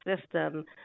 system